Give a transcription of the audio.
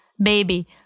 baby